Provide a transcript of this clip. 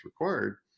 required